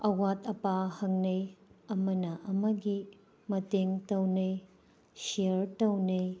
ꯑꯋꯥꯠ ꯑꯄꯥ ꯈꯪꯅꯩ ꯑꯃꯅ ꯑꯃꯒꯤ ꯃꯇꯦꯡ ꯇꯧꯅꯩ ꯁꯤꯌ꯭ꯔ ꯇꯧꯅꯩ